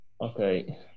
Okay